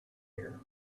here